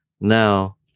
Now